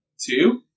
Two